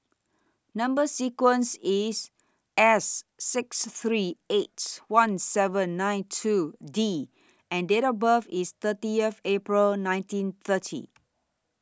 Number sequence IS S six three eight one seven nine two D and Date of birth IS thirty years April nineteen thirty